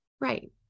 Right